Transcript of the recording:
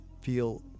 Feel